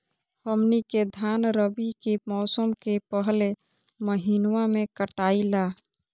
हमनी के धान रवि के मौसम के पहले महिनवा में कटाई ला